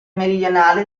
meridionale